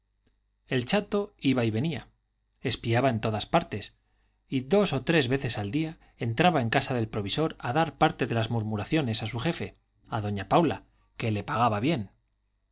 el chato iba y venía espiaba en todas partes y dos o tres veces al día entraba en casa del provisor a dar parte de las murmuraciones a su jefe a doña paula que le pagaba bien